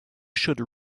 should